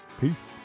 peace